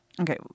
Okay